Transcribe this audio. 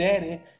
Daddy